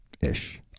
ish